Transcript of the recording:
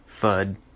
FUD